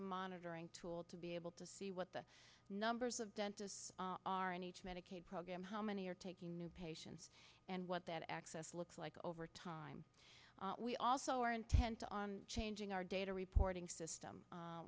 e monitoring tool to be able to see what the numbers of dentists are in each medicaid program how many are taking new patients and what that access looks like over time we also are intent on changing our data reporting system